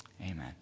Amen